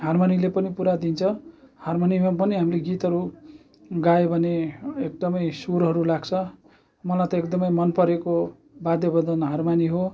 हारमनीले पनि पुरा दिन्छ हारमनीमा पनि हामीले गीतहरू गायो भने एकदमै सुरहरू लाग्छ मलाई त एकदमै मनपरेको वाद्यवादन हारमनी हो